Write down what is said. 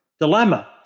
dilemma